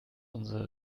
unsere